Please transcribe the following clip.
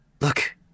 look